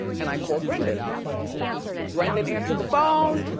and i called brendan. yep, and he answered it. brendan answered the phone.